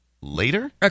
later